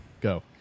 go